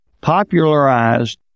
popularized